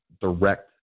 direct